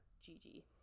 Gigi